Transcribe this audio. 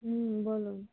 হুম বলো